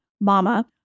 mama